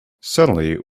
suddenly